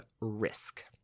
risk